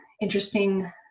interesting